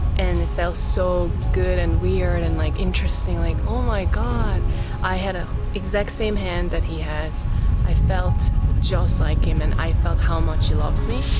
and it felt so good and weird and like interesting like oh my god i had a exact same hand that he has i felt just like him and i felt how much he loves me